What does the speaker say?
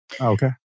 Okay